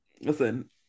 listen